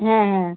হ্যাঁ হ্যাঁ